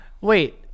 Wait